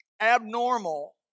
abnormal